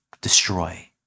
destroy